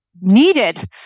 needed